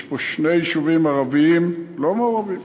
יש פה שני יישובים ערביים לא מעורבים,